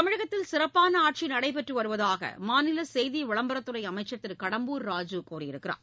தமிழகத்தில் சிறப்பான ஆட்சி நடைபெற்று வருவதாக மாநில செய்தி விளம்பரத்துறை அமைச்சர் திரு கடம்பூர் ராஜு கூறியிருக்கிறார்